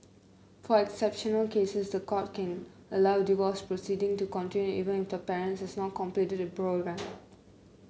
for exceptional cases the court can allow divorce proceeding to continue even if the parent has not completed the programme